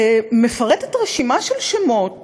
מפרטת רשימה של שמות